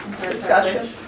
Discussion